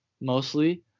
mostly